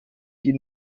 ihnen